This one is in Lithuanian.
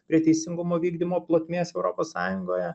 prie teisingumo vykdymo plotmės europos sąjungoje